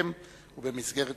בבתיהם ובמסגרת